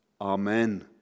Amen